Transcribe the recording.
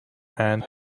and